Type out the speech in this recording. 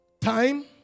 Time